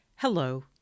Hello